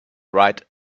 write